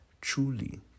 truly